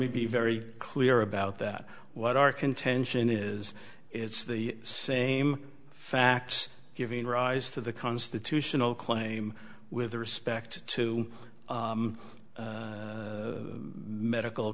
me be very clear about that what our contention is it's the same facts giving rise to the constitutional claim with respect to medical